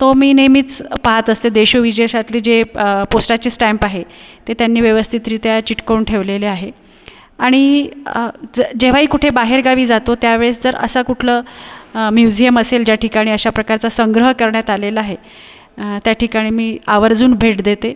तो मी नेहमीच पाहत असते देशोविदेशातले जे पोस्टाचे स्टॅम्प आहे ते त्यांनी व्यवस्थितरित्या चिकटवून ठेवलेले आहे आणि ज जेव्हाही कुठे बाहेरगावी जातो त्यावेळेस जर असं कुठलं म्युजियम असेल ज्याठिकाणी अशाप्रकारचा संग्रह करण्यात आलेला आहे त्याठिकाणी मी आवर्जून भेट देते